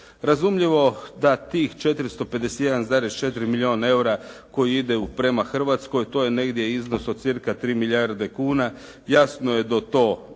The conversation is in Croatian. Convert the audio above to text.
Razumljivo da tih 451,4 milijun eura koji ide prema Hrvatskoj, to je negdje iznos od cca 3 milijarde kuna. Jasno je da to raduje,